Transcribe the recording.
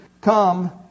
come